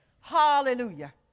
hallelujah